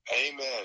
Amen